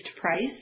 price